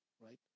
right